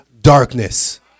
darkness